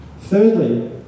Thirdly